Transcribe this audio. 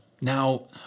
Now